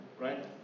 right